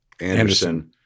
Anderson